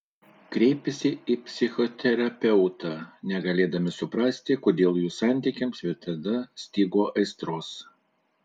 kreipėsi į psichoterapeutą negalėdami suprasti kodėl jų santykiams visada stigo aistros